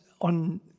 on